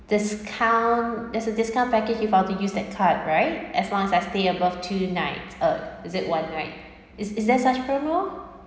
discount is a discount package if I were to use that card right as long as I stay above two night uh is this one right is is there such promo